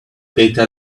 peter